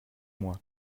moi